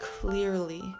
clearly